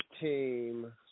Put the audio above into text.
team